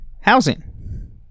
Housing